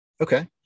Okay